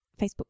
facebook